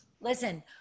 listen